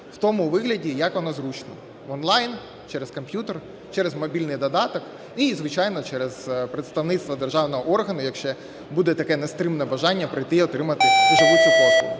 в тому вигляді, як воно зручно – онлайн через комп'ютер, через мобільний додаток і, звичайно, через представництво державного органу, якщо буде таке нестримне бажання прийти і отримати вживу цю послугу.